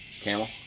camel